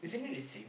maybe